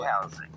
housing